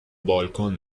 بالکن